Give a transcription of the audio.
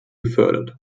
gefördert